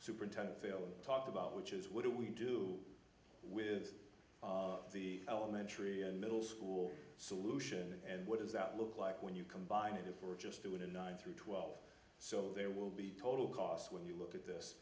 superintendent phil talked about which is what do we do with the elementary and middle school solution and what does that look like when you combine it if we're just doing it nine through twelve so there will be total cost when you look at